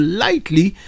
lightly